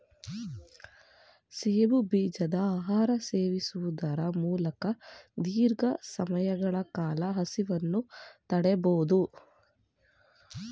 ಸೆಣಬು ಬೀಜದ ಆಹಾರ ಸೇವಿಸುವುದರ ಮೂಲಕ ದೀರ್ಘ ಸಮಯಗಳ ಕಾಲ ಹಸಿವನ್ನು ತಡಿಬೋದು